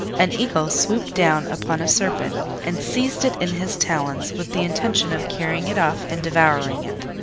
an eagle swooped down upon a serpent and seized it in his talons with the intention of carrying it off and devouring it.